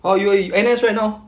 how are you you in N_S right now